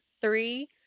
three